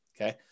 Okay